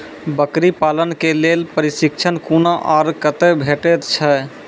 बकरी पालन के लेल प्रशिक्षण कूना आर कते भेटैत छै?